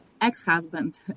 ex-husband